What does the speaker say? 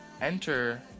enter